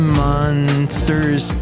monsters